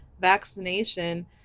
vaccination